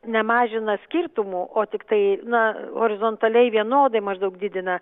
nemažina skirtumų o tiktai na horizontaliai vienodai maždaug didina